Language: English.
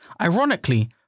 Ironically